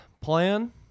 plan